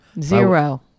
Zero